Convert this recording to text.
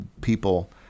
people